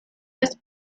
was